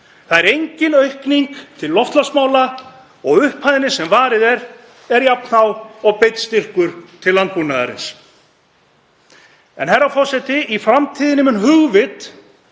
Það er engin aukning til loftslagsmála og upphæðin sem varið er er jafn há og beinn styrkur til landbúnaðarins. Herra forseti. Í framtíðinni mun hugvit